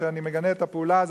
ואני מגנה את הפעולה הזאת,